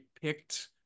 picked